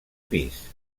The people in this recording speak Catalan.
pis